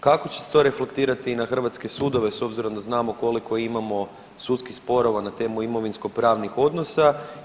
Kako će se to reflektirati i na hrvatske sudove s obzirom da znamo koliko imamo sudskih sporova na temu imovinsko pravnih odnosa?